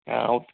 ਹਾਂ ਉਹ